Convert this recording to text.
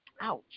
Ouch